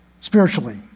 spiritually